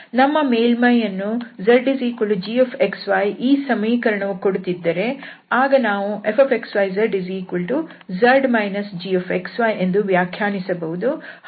ನಮ್ಮ ಮೇಲ್ಮೈಯನ್ನು zgxy ಈ ಸಮೀಕರಣವು ಕೊಡುತ್ತಿದ್ದರೆ ಆಗ ನಾವು fxyzz gxyಎಂದು ವ್ಯಾಖ್ಯಾನಿಸಬಹುದು